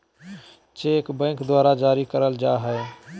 cheque bank द्वारा जारी करल जाय हय